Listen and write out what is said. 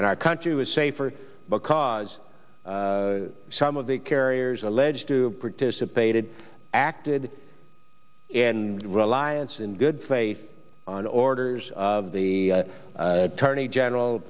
and our country was safer because some of the carriers alleged to participated acted and alliance in good faith on orders of the attorney general